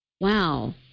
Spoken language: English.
wow